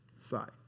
side